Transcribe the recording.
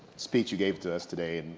speech you gave to us today.